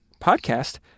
podcast